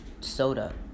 soda